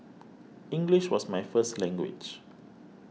English was my first language